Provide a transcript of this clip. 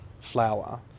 flower